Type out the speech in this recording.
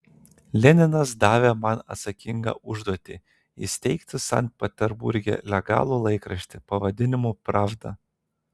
leninas davė man atsakingą užduotį įsteigti sankt peterburge legalų laikraštį pavadinimu pravda